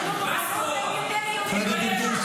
מה סובה?